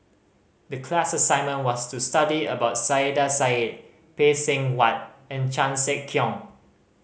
the class assignment was to study about Saiedah Said Phay Seng Whatt and Chan Sek Keong